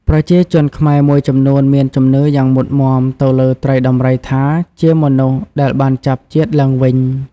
ប្រជាជនខ្មែរមួយចំនួនមានជំនឿយ៉ាងមុតមាំទៅលើត្រីដំរីថាជាមនុស្សដែលបានចាប់ជាតិឡើងវិញ។